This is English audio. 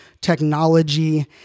technology